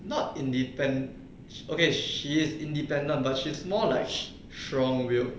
not in depend okay she is independent but she's more like strong will